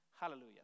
Hallelujah